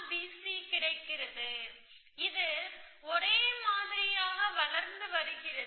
எனவே இது ஒரே மாதிரியாக வளர்ந்து வருகிறது